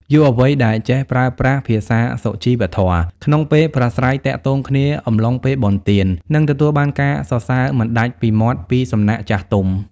យុវវ័យដែលចេះប្រើប្រាស់ "ភាសាសុជីវធម៌" ក្នុងពេលប្រាស្រ័យទាក់ទងគ្នាអំឡុងពេលបុណ្យទាន នឹងទទួលបានការសរសើរមិនដាច់ពីមាត់ពីសំណាក់ចាស់ទុំ។